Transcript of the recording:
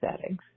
settings